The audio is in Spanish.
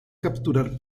capturar